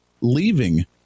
leaving